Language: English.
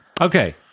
Okay